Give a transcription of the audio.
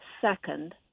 second